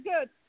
good